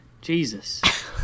Jesus